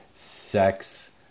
Sex